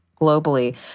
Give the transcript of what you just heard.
globally